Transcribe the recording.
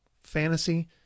fantasy